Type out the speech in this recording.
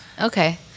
Okay